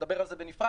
נדבר על זה בנפרד.